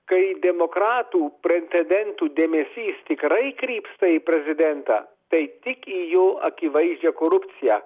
kai demokratų pretendentų dėmesys tikrai krypsta į prezidentą tai tik į jų akivaizdžią korupciją